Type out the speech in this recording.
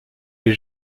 les